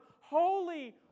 holy